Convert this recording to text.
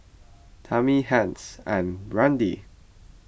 Tamie Hence and Brande